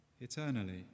eternally